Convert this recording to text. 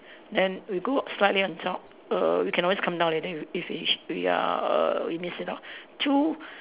then we go slightly on top err we can always come down later if if finish we are err we miss it out two